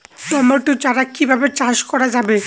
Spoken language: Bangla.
টমেটো চারা কিভাবে চাষ করা যাবে?